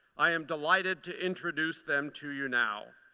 i am delighted to introduce them to you now.